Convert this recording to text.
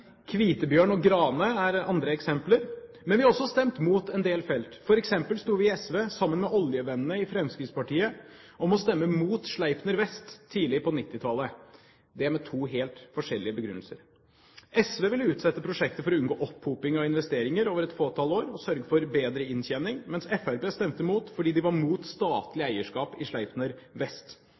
Kvitebjørn og Grane er andre eksempler. Men vi har også stemt mot en del felt. For eksempel sto vi i SV sammen med oljevennene i Fremskrittspartiet om å stemme mot Sleipner Vest tidlig på 1990-tallet – med to helt forskjellige begrunnelser. SV ville utsette prosjektet for å unngå opphopning av investeringer over et fåtall år og sørge for bedre inntjening, mens Fremskrittspartiet stemte mot fordi de var mot statlig eierskap i Sleipner Vest.